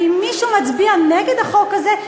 ואם מישהו מצביע נגד החוק הזה,